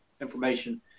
information